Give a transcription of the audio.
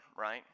right